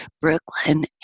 Brooklyn